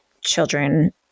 children